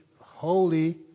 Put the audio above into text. holy